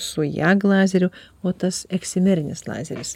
su jag lazeriu o tas eksimerinis lazeris